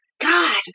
God